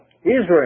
Israel